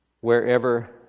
wherever